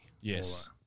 Yes